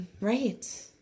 Right